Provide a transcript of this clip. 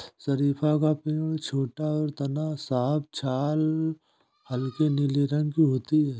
शरीफ़ा का पेड़ छोटा और तना साफ छाल हल्के नीले रंग की होती है